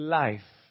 life